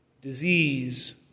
disease